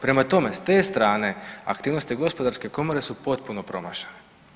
Prema tome, s te strane, aktivnosti Gospodarske komore su potpuno promašene.